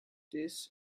this